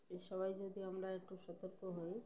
এ সবাই যদি আমরা একটু সতর্ক হই